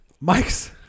Mike's